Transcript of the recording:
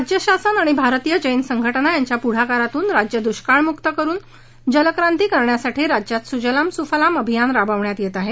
राज्य शासन आणि भारतीय जैन संघटना यांच्या पुढाकारातून राज्य दुष्काळमुक्त करून जलक्रांती करण्यासाठी राज्यात सुजलाम सुफलाम अभियान राबवण्यात येत आहे